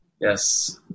yes